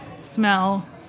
smell